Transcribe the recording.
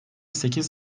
sekiz